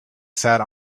sat